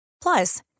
Plus